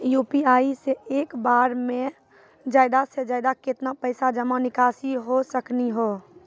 UPI से एक बार मे ज्यादा से ज्यादा केतना पैसा जमा निकासी हो सकनी हो?